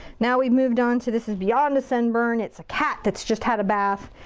now we've moved on to this. it's beyond a sunburn. it's a cat that's just had a bath.